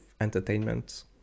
entertainment